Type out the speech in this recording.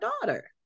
daughter